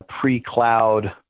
pre-cloud